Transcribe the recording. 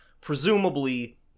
presumably